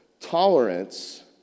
tolerance